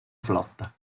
flotta